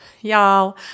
y'all